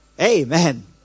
Amen